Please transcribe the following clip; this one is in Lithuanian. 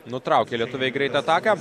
nutraukė lietuviai greitą ataką